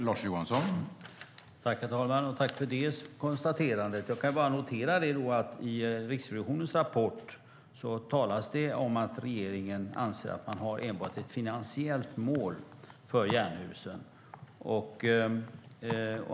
Herr talman! Jag tackar för det konstaterandet. Jag noterar att det i Riksrevisionens rapport talas om att regeringen anser att man har enbart ett finansiellt mål för Jernhusen.